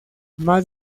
más